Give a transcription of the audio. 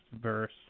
verse